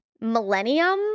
Millennium